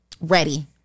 ready